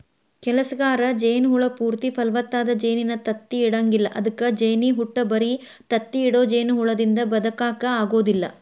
ಕೆಲಸಗಾರ ಜೇನ ಹುಳ ಪೂರ್ತಿ ಫಲವತ್ತಾದ ಜೇನಿನ ತತ್ತಿ ಇಡಂಗಿಲ್ಲ ಅದ್ಕ ಜೇನಹುಟ್ಟ ಬರಿ ತತ್ತಿ ಇಡೋ ಜೇನಹುಳದಿಂದ ಬದಕಾಕ ಆಗೋದಿಲ್ಲ